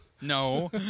No